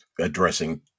addressing